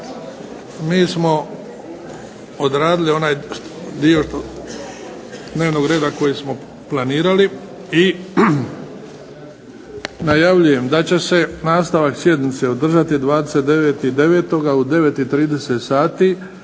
mi smo odradili onaj dio dnevnog reda koji smo planirali i najavljujem da će se nastavak sjednice održati 29.9. u 9,30 sati